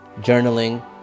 journaling